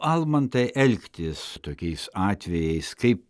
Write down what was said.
almantai elgtis tokiais atvejais kaip